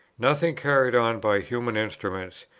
nothing carried on by human instruments,